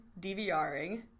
DVRing